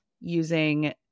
using